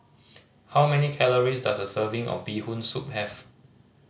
how many calories does a serving of Bee Hoon Soup have